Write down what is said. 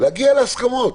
להגיע להסכמות.